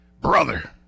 brother